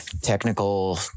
technical